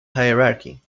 hierarchy